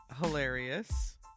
hilarious